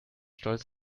stolz